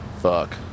Fuck